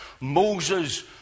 Moses